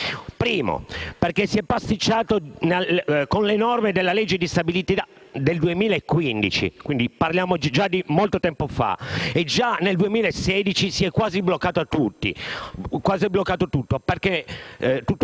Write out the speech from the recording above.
motivo è che si è pasticciato con le norme della legge di stabilità del 2015. Parliamo, quindi, di molto tempo fa. E già nel 2016 si è quasi bloccato tutto